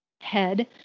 head